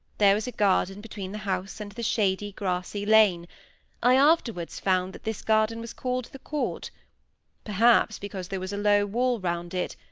there was a garden between the house and the shady, grassy lane i afterwards found that this garden was called the court perhaps because there was a low wall round it,